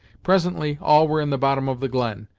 presently all were in the bottom of the glen,